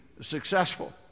successful